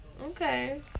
Okay